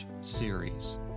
series